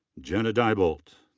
jenna diebolt.